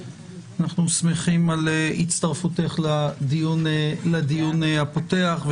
אנחנו שמחים על הצטרפותך לדיון הפותח,